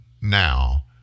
now